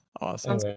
awesome